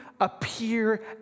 appear